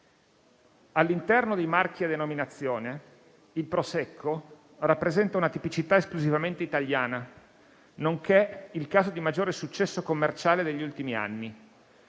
All'interno dei marchi a denominazione, il Prosecco rappresenta una tipicità esclusivamente italiana, nonché il caso di maggiore successo commerciale degli ultimi anni.